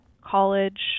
college